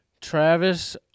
Travis